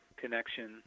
connection